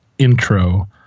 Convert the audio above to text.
intro